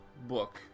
book